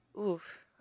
Oof